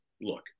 look